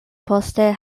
poste